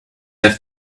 have